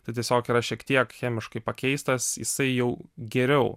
tai tiesiog yra šiek tiek chemiškai pakeistas jisai jau geriau